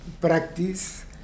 practice